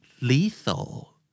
lethal